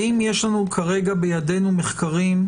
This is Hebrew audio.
האם יש בידינו מחקרים,